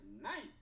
night